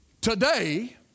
today